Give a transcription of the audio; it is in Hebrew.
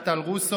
טל רוסו,